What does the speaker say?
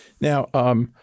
Now